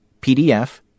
PDF